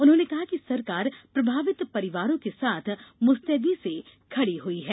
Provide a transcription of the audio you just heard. उन्होंने कहा कि सरकार प्रभावित परिवारों के साथ मुस्तैदी से खड़ी हुई है